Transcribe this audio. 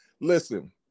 listen